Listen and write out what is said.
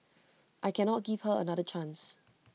I cannot give her another chance